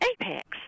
Apex